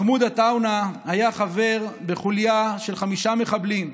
מחמוד עטאונה היה חבר בחוליה של חמישה מחבלים.